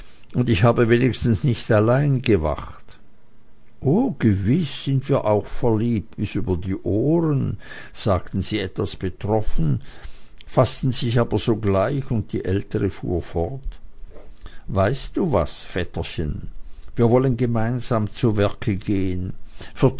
und ich habe wenigstens nicht allein gewacht o gewiß sind wir auch verliebt bis über die ohren sagten sie etwas betroffen faßten sich aber sogleich und die ältere fuhr fort weißt du was vetterchen wir wollen gemeinsam zu werke gehen